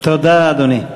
תודה, אדוני.